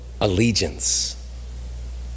allegiance